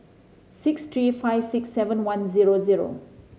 six three five six seven one zero zero